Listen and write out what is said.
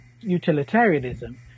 utilitarianism